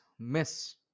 miss